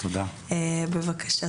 בבקשה.